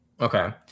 Okay